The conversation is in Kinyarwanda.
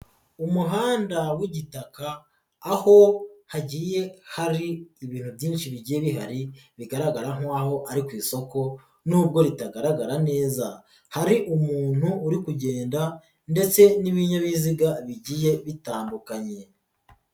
Umuhanda w'igitaka aho hagiye hari ibintu byinshi bigiye bihari bigaragara nk'aho ari ku isoko nubwo ritagaragara neza, hari umuntu uri kugenda ndetse n'ibinyabiziga bigiye bitandukanye.